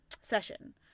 session